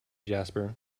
jasper